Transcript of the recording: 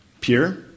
Pure